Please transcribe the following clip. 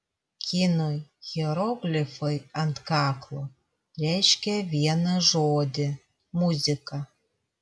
kinų hieroglifai ant kaklo reiškia vieną žodį muzika